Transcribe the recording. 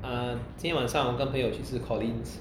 uh 今晚上我跟朋友去吃 Collin's